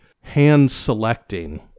hand-selecting